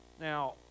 Now